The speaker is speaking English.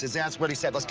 that's what he said. like